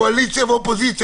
קואליציה ואופוזיציה.